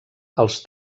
els